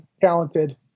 talented